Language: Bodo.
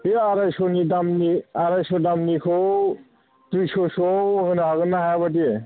बे आरायस'नि दामनि आरायस' दामनिखौ दुइस'सोआव होनो हागोन ना हाया बादि